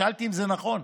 שאלתי אם זה נכון,